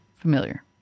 familiar